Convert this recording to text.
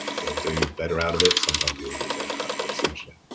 they'll do better out of it, sometimes you'll do better out of it essentially.